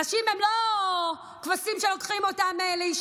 נשים הן לא כבשים שלוקחים להישחט.